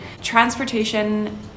transportation